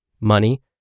money